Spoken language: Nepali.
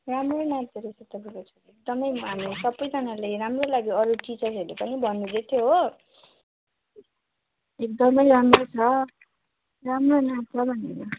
राम्रो नाच्दोरहेछ तपाईँको छोरी एकदमै हामी सबैजनाले राम्रो लाग्यो अरू टिचर्सहरले पनि भन्नु हुँदैथ्यो हो एकदमै राम्रो छ राम्रो नाच्छ भनेर